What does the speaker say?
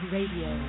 Radio